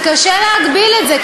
קשה להגביל את זה,